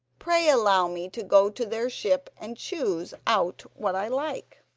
pray allow me to go to their ship and choose out what i like